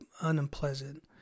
unpleasant